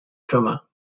drummer